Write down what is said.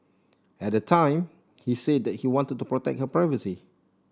at the time he said that he wanted to protect her privacy